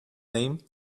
name